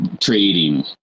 trading